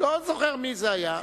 לא זוכר מי זה היה.